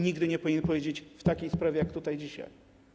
Nigdy nie powinien powiedzieć w takiej sprawie, jak powiedział dzisiaj.